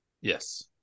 Yes